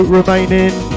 remaining